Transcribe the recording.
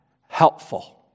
helpful